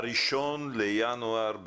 ב-1 בינואר 2021,